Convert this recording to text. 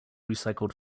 recycled